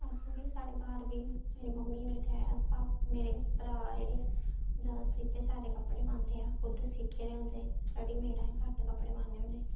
अस बी साढ़े घर बी मेरे मम्मी मेरे डै मेरे पापा मेरे भ्राऽ जेह्ड़े जैदा सीते सेआए दे कपड़े पांदे ऐ खुद सीते दे होंदे रेडी मेड अहें घट्ट कपड़े पान्ने होन्ने